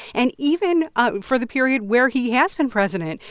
and even ah for the period where he has been president,